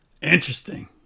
Interesting